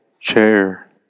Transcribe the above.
Chair